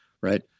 Right